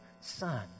son